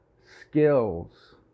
skills